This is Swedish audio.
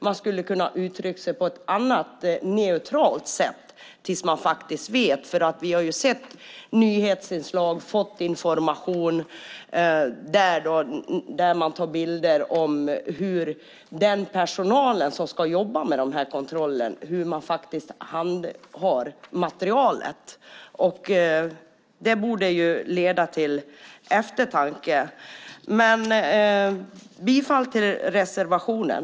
Man skulle ha kunnat uttrycka sig på ett annat sätt, på ett neutralt sätt, tills man faktiskt vet. Vi har ju sett nyhetsinslag och fått information om bilder som tas och om hur den personal som ska jobba med de här kontrollerna handhar materialet. Det borde leda till eftertanke. Jag yrkar bifall till reservationen.